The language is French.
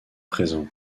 présent